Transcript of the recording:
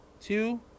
two